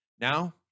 Now